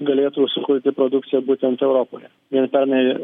galėtų sukurti produkcija būtent europoje vien pernai